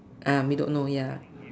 um we don't know ya